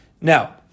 Now